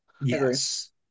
Yes